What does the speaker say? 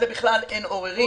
בכלל אין על זה עוררין.